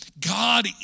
God